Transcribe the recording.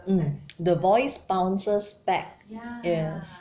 the voice bounces back yes